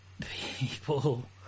people